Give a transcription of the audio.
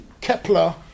Kepler